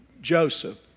Joseph